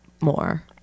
more